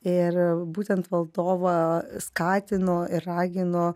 ir būtent valdovą skatino ir ragino